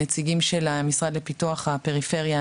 נציגים של המשרד לפיתוח הפריפריה,